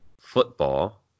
Football